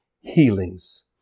healings